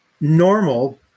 normal